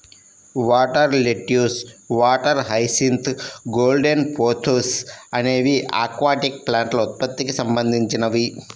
water lettuce, water hyacinth, golden pothos అనేవి aquatic ప్లాంట్ల ఉత్పత్తికి సంబంధించినవి